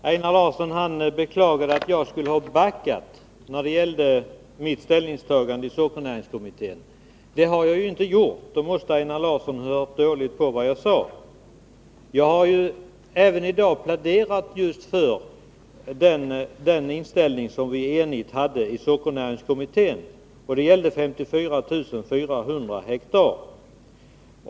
Herr talman! Einar Larsson beklagade att jag skulle ha backat när det gäller mitt ställningstagande i sockernäringskommittén. Men det har jag inte gjort. Einar Larsson måste ha hört dåligt på vad jag sade. Jag har även i dag pläderat just för den inställning som vi enigt hade i sockernäringskommittén. Det gällde 54 400 hektar.